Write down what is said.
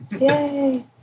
Yay